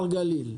שלום.